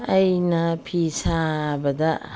ꯑꯩꯅ ꯐꯤ ꯁꯥꯕꯗ